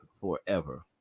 forever